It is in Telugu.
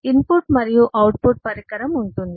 ఇన్పుట్ మరియు అవుట్పుట్ పరికరం ఉంటుంది